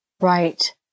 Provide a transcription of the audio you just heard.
Right